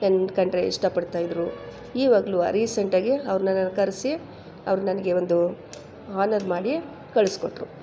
ನನ್ನ ಕಂಡರೆ ಇಷ್ಟಪಡ್ತಾಯಿದ್ದರು ಇವಾಗಲೂ ರೀಸೆಂಟಾಗಿ ಅವ್ರನ್ನ ನಾನು ಕರೆಸಿ ಅವ್ರು ನನಗೆ ಒಂದು ಹಾನರ್ ಮಾಡಿ ಕಳಿಸ್ಕೊಟ್ರು